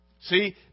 See